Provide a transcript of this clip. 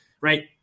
right